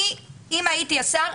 אם הייתי השר,